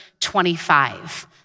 25